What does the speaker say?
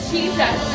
Jesus